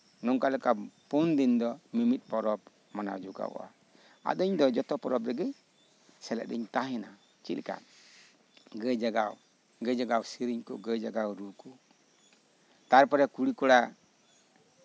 ᱱᱚᱝᱠᱟ ᱞᱮᱠᱟ ᱯᱩᱱ ᱫᱤᱱ ᱫᱚ ᱢᱤᱢᱤᱫ ᱯᱚᱨᱚᱵᱽ ᱢᱟᱱᱟᱣ ᱡᱚᱜᱟᱣᱜᱼᱟ ᱟᱫᱚ ᱤᱧ ᱫᱚ ᱡᱚᱛᱚ ᱯᱚᱨᱚᱵᱽ ᱨᱮᱜᱮ ᱥᱮᱞᱮᱫ ᱤᱧ ᱛᱟᱦᱮᱸᱱᱟ ᱪᱮᱫ ᱞᱮᱠᱟ ᱜᱟᱹᱭ ᱡᱟᱜᱟᱣ ᱥᱮᱹᱨᱮᱹᱧ ᱠᱚ ᱜᱟᱹᱭ ᱡᱟᱜᱟᱣ ᱨᱩ ᱠᱚ ᱛᱟᱨᱯᱚᱨᱮ ᱠᱩᱲᱤ ᱠᱚᱲᱟ